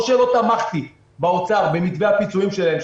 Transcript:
כמו שלא תמכתי באוצר במתווה הפיצויים שלהם,